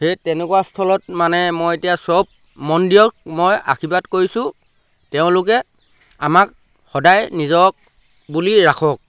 সেই তেনেকুৱা স্থলত মানে মই এতিয়া চব মন্দিৰক মই আশীৰ্বাদ কৰিছোঁ তেওঁলোকে আমাক সদায় নিজক বুলি ৰাখক